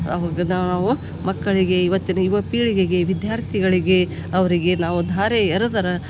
ನಾವು ಮಕ್ಕಳಿಗೆ ಇವತ್ತಿನ ಯುವ ಪೀಳಿಗೆಗೆ ವಿದ್ಯಾರ್ಥಿಗಳಿಗೆ ಅವರಿಗೆ ನಾವು ಧಾರೆ ಎರೆದರ